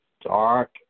dark